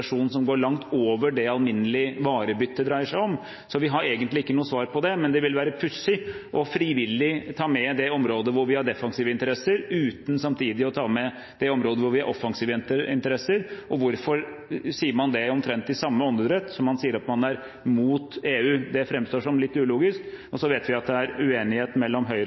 som går langt over det alminnelig varebytte dreier seg om. Så vi har egentlig ikke noe svar på det. Det vil være pussig frivillig å ta med det området hvor vi har defensive interesser, uten samtidig å ta med det området hvor vi har offensive interesser. Hvorfor sier man det i omtrent samme åndedrett som at man sier at man er mot EU. Det framstår som litt ulogisk. Så vet vi at det er uenighet mellom Høyre